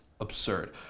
absurd